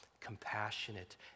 compassionate